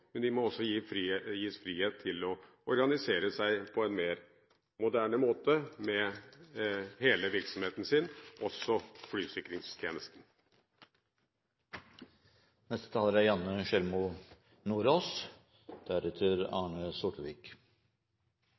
men Avinor må også gis frihet til å organisere seg på en mer moderne måte med hele virksomheten sin, også flysikringstjenesten. Avinor har ansvaret for en infrastruktur som er